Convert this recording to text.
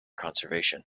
conservation